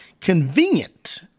Convenient